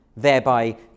thereby